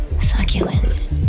succulent